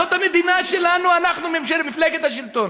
זאת המדינה שלנו, אנחנו מפלגת השלטון.